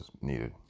needed